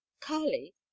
Kali